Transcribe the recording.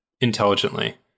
intelligently